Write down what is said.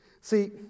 See